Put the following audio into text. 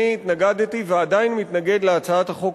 אני התנגדתי ועדיין מתנגד להצעת החוק